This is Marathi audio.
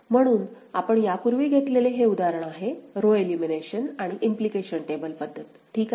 म्हणून आपण यापूर्वी घेतलेले हे उदाहरण आहे रो एलिमिनेशन आणि इम्प्लिकेशन टेबल पद्धत ठीक आहे